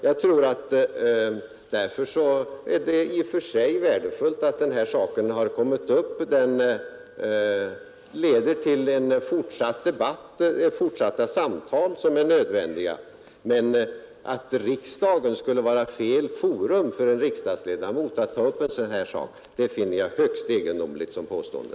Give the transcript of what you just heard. Jag tror att det i och för sig är värdefullt att den här saken har kommit upp; det leder till en fortsatt debatt, fortsatta samtal som är nödvändiga. Men att riksdagen skulle vara fel forum för en riksdagsledamot att ta upp en sådan här sak finner jag vara ett högst egendomligt påstående.